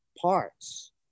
parts